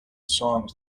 songs